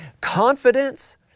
Confidence